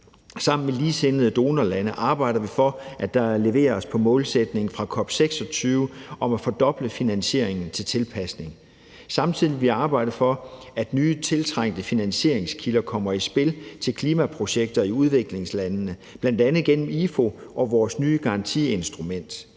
Sammen med ligesindede donorlande arbejder vi for, at der leveres på målsætningen fra COP26 om at fordoble finansieringen til tilpasningen. Samtidig vil vi arbejde for, at nye, tiltrængte finansieringskilder kommer i spil til klimaprojekter i udviklingslandene, bl.a. gennem IFU og vores nye garantiinstrument.